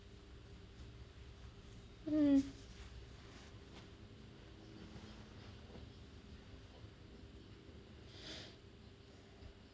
mm